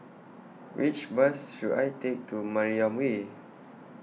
Which Bus should I Take to Mariam Way